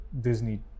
Disney